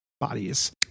bodies